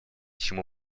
чему